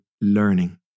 learning